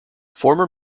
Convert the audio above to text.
former